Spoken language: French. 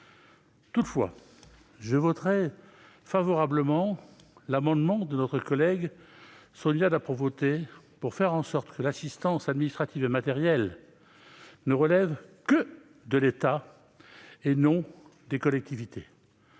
Toutefois, je voterai pour l'amendement de notre collègue Sonia de La Provôté tendant à faire en sorte que l'assistance administrative et matérielle ne relève que de l'État, et non des collectivités,